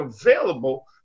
available